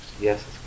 Yes